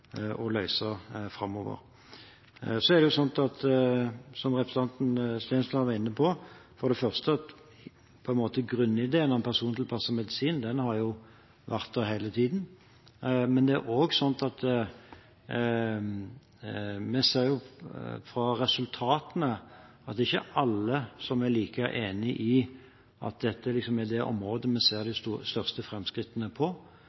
Som representanten Stensland var inne på, er det for det første sånn at grunnideen om persontilpasset medisin på en måte har vært der hele tiden. Så er det også sånn at vi ser av resultatene at det ikke er alle som er like enige i at dette er det området der vi ser